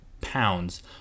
pounds